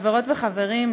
חברות וחברים,